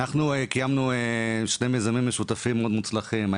קיימנו שני מיזמים משותפים ומוצלחים מאוד,